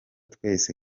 twese